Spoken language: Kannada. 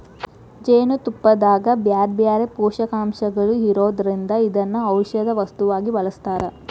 ಜೇನುತುಪ್ಪದಾಗ ಬ್ಯಾರ್ಬ್ಯಾರೇ ಪೋಷಕಾಂಶಗಳು ಇರೋದ್ರಿಂದ ಇದನ್ನ ಔಷದ ವಸ್ತುವಾಗಿ ಬಳಸ್ತಾರ